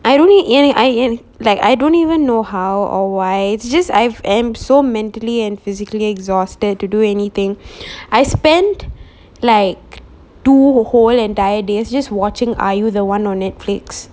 I only and I and like I don't even know how or why it's just I've am so mentally and physically exhausted to do anything I spend like two whole entire days just watching are you the one on Netflix